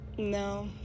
No